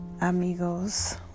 amigos